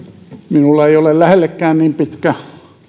minulla ei ole lähellekään niin pitkä